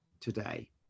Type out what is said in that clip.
today